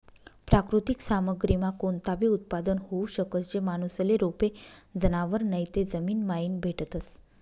प्राकृतिक सामग्रीमा कोणताबी उत्पादन होऊ शकस, जे माणूसले रोपे, जनावरं नैते जमीनमाईन भेटतस